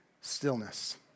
stillness